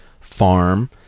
farm